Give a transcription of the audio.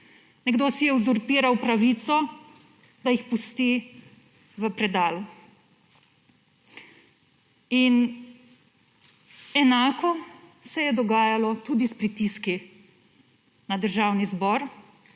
Nekdo si je uzurpiral pravico, da jih pusti v predalu. Enako se je dogajalo tudi s pritiski na Državni zbor,